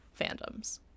fandoms